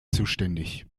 zuständig